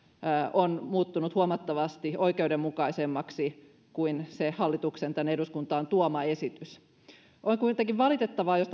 on muuttunut huomattavasti oikeudenmukaisemmaksi kuin se hallituksen tänne eduskuntaan tuoma esitys on kuitenkin valitettavaa jos